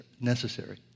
necessary